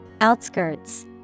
Outskirts